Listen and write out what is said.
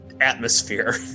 atmosphere